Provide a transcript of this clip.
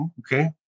okay